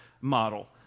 model